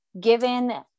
given